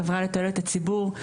חברה לתועלת הציבור,